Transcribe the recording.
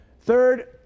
Third